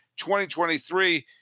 2023